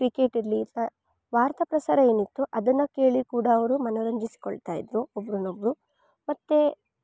cricket ಇರಲಿ ವಾರ್ತಾ ಪ್ರಸಾರ ಏನಿತ್ತು ಅದನ್ನು ಕೇಳಿ ಕೂಡ ಅವರು ಮನೋರಂಜಿಸಿಕೊಳ್ತಾಯಿದ್ರು ಒಬ್ರನ್ನೊಬ್ಬರು ಮತ್ತು